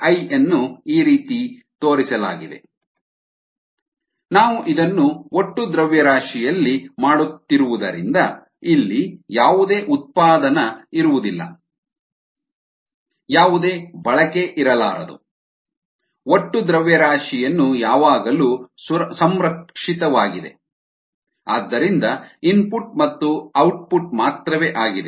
ri rorg rcddt ನಾವು ಇದನ್ನು ಒಟ್ಟು ದ್ರವ್ಯರಾಶಿಯಲ್ಲಿ ಮಾಡುತ್ತಿರುವುದರಿಂದ ಇಲ್ಲಿ ಯಾವುದೇ ಉತ್ಪಾದನ ಇರುವುದಿಲ್ಲ ಯಾವುದೇ ಬಳಕೆ ಇರಲಾರದು ಒಟ್ಟು ದ್ರವ್ಯರಾಶಿಯನ್ನು ಯಾವಾಗಲೂ ಸಂರಕ್ಷಿತವಾಗಿದೆ ಆದ್ದರಿಂದ ಇನ್ಪುಟ್ ಮತ್ತು ಔಟ್ಪುಟ್ ಮಾತ್ರವೇ ಆಗಿದೆ